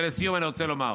ולסיום אני רוצה לומר: